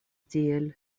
tiel